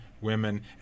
women